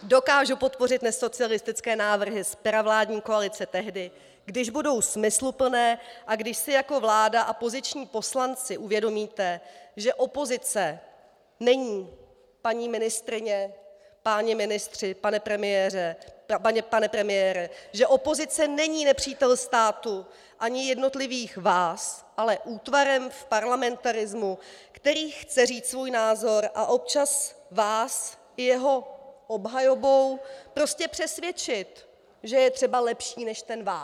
Dokážu podpořit nesocialistické návrhy z pera vládní koalice tehdy, když budou smysluplné a když si jako vláda a poziční poslanci uvědomíte, že opozice není, paní ministryně, páni ministři, pane premiére, že opozice není nepřítel státu ani jednotlivých vás, ale útvarem v parlamentarismu, který chce říct svůj názor a občas vás i jeho obhajobou prostě přesvědčit, že je třeba lepší než ten váš.